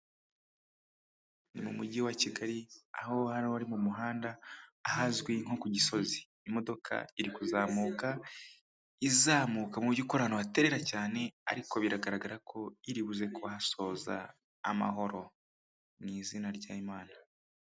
Mu mujyi wa Kigali aho hano ari mu muhanda ahazwi nko ku gisozi, imodoka iri kuzamuka izamuka mu by'ukuri ahantu haterera cyane ariko biragaragara ko iribuze kuhasoza amahoro mu izina ry'imana.